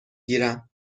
گیرم